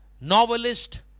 novelist